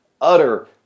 utter